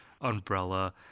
umbrella